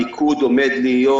המיקוד עומד להיות,